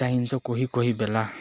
चाहिन्छ कोही कोही बेला